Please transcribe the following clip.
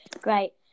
great